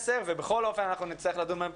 תיקון מספר 10. בכל מקרה נצטרך לדון בהן כאן